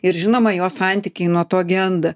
ir žinoma jo santykiai nuo to genda